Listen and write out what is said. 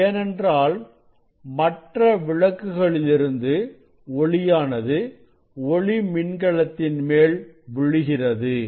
இது ஏனென்றால் மற்ற விளக்குகளிலிருந்து ஒளியானது ஒளி மின்கலத்தின் மேல் விழுகிறது